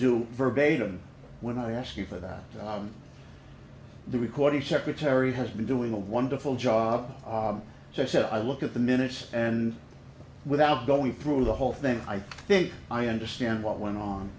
do verbatim when i asked you for that the recording secretary has been doing a wonderful job so i said i look at the minutes and without going through the whole thing i think i understand what went on